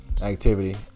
Activity